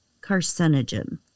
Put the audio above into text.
carcinogen